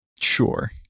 sure